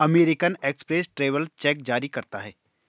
American Express travellers cheque जारी करता है